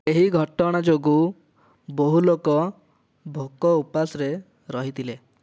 ଏହି ଘଟଣା ଯୋଗୁଁ ବହୁ ଲୋକ ଭୋକ ଉପାସରେ ରହିଥିଲେ